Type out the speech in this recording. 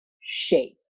shape